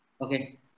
Okay